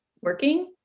working